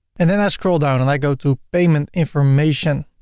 and then i scroll down and i go to payment information.